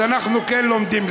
אז אנחנו כן לומדים.